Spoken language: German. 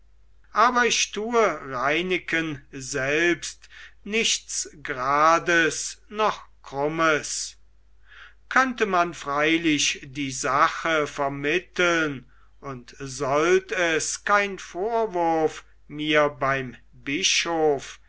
aber ich tue reineken selbst nichts grades noch krummes könnte man freilich die sache vermitteln und sollt es kein vorwurf mir beim bischof